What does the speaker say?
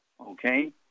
okay